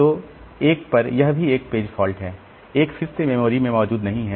तो 1 पर यह भी एक पेज फॉल्ट है 1 फिर से मेमोरी में मौजूद नहीं है